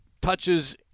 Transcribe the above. touches